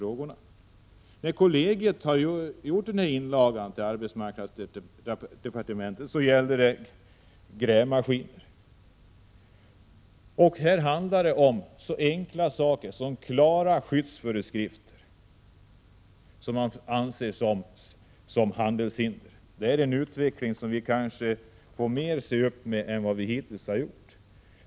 Kommerskollegiums inlaga till arbetsmarknadsdepartementet gäller grävmaskiner. Det handlar om så enkla saker som klara skyddsföreskrifter, vilka anses som handelshinder. Vi får i fortsättningen se upp mer med den utvecklingen än vi hittills har gjort.